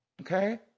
okay